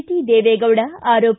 T Deve Gowda ಆರೋಪ